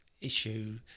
issue